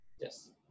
Yes